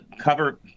cover